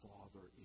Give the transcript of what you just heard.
Father